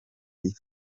iyi